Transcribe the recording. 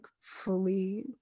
fully